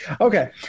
Okay